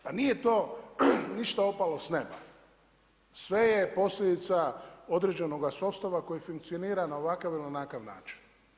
Pa nije to ništa opalo s neba, sve je posljedica određenog … koji funkcionira na ovakav ili onakav način.